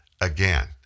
again